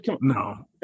No